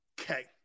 Okay